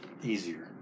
easier